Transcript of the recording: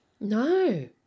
No